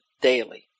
daily